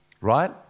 Right